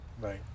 Right